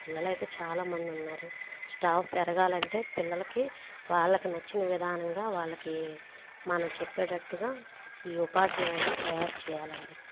పిల్లలైతే చాలా మంది ఉన్నారు స్టాఫ్ పెరగాలంటే పిల్లలకి వాళ్ళకి నచ్చిన విధానంగా వాళ్ళకి మనం చెప్పేటట్టుగా ఈ ఉపాధ్యాయులని తయారు చేయాలండి